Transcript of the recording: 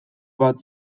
bat